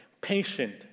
patient